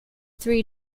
three